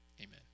Amen